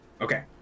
Okay